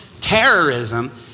terrorism